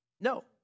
No